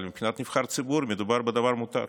אבל מבחינת נבחר ציבור מדובר בדבר מותר.